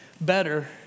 better